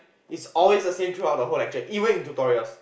is always the same throughout the whole lecture even in tutorials